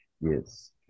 Yes